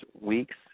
weeks